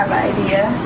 idea.